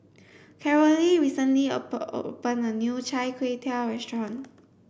Carolee recently opened a new Chai Kway Tow restaurant